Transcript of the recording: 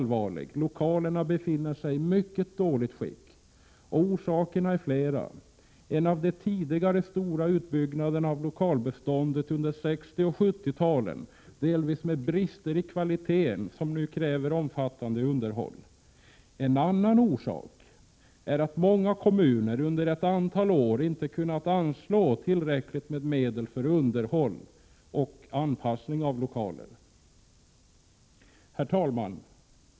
Lokalerna befinner sig i mycket dåligt skick. Orsakerna är flera. En är den stora utbyggnad av lokalbeståndet under 1960 och 1970-talen som delvis medförde brister i kvaliteten. De lokaler som då byggdes kräver nu omfattande underhåll. En annan orsak är att många kommuner under ett antal år inte kunnat anslå tillräckligt med medel för underhåll och anpassning av lokaler. Herr talman!